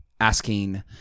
asking